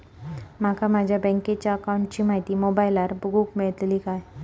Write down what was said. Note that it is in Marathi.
माका माझ्या बँकेच्या अकाऊंटची माहिती मोबाईलार बगुक मेळतली काय?